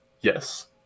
yes